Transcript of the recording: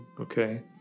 okay